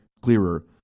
clearer